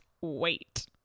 Wait